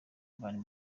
urban